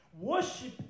Worship